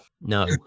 no